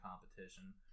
competition